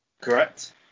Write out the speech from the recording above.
correct